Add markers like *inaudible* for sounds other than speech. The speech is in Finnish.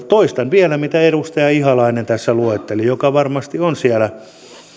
*unintelligible* toistan vielä mitä edustaja ihalainen tässä luetteli mikä varmasti on siellä